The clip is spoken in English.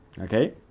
Okay